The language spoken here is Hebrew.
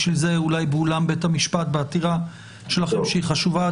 בשביל זה אולי באולם בית המשפט בעתירה שלכם שהיא חשובה,